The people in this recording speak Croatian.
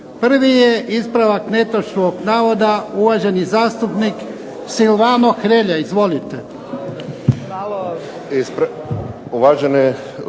Prvi je ispravak netočnog navoda uvaženi zastupnik Silvano Hrelja. Izvolite.